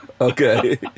okay